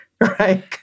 Right